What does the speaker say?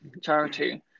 charity